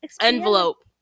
Envelope